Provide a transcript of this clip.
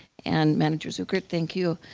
and manager zuercher, thank you.